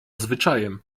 zwyczajem